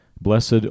Blessed